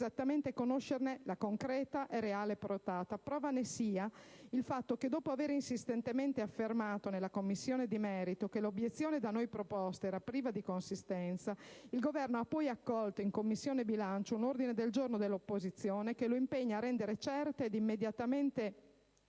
esattamente conoscerne la concreta e reale portata. Prova ne sia il fatto che, dopo aver insistentemente affermato, nella Commissione di merito, che l'obiezione da noi proposta era priva di consistenza, il Governo ha accolto in Commissione bilancio un ordine del giorno dell'opposizione che lo impegna a rendere certe ed immediatamente